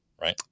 right